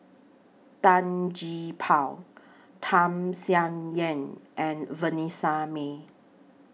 Tan Gee Paw Tham Sien Yen and Vanessa Mae